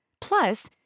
Plus